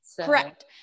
Correct